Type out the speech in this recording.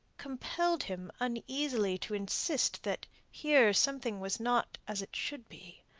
compelled him uneasily to insist that here something was not as it should be.